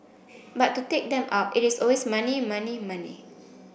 but to take them out it is always money money money